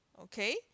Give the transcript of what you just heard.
okay